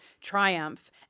triumph